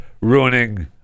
ruining